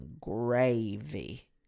gravy